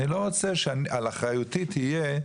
אני לא רוצה שעל אחריותי תהיה,